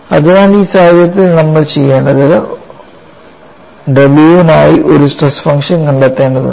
അതിനാൽ ഈ സാഹചര്യത്തിൽ നമ്മൾ ചെയ്യേണ്ടത് w നായി ഒരു സ്ട്രെസ് ഫംഗ്ഷൻ കണ്ടെത്തേണ്ടതുണ്ട്